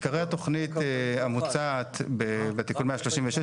עיקרי התכנית המוצעת בתיקון 136,